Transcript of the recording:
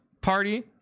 party